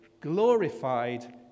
glorified